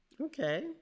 Okay